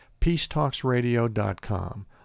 peacetalksradio.com